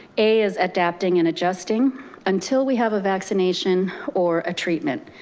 a is adapting and adjusting until we have a vaccination or a treatment.